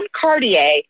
cartier